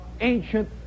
ancient